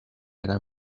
era